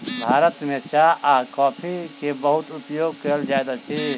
भारत में चाह आ कॉफ़ी के बहुत उपयोग कयल जाइत अछि